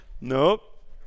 Nope